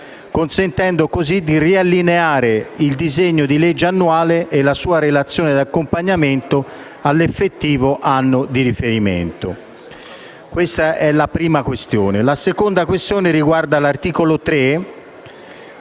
consentendo così di riallineare il disegno di legge annuale e la sua relazione di accompagnamento all'effettivo anno di riferimento. La seconda questione riguarda l'articolo 3,